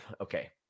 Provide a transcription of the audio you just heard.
okay